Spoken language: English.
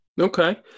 Okay